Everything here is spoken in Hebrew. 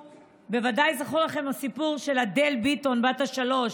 בוודאי זכור לכם הסיפור של אדל ביטון בת השלוש,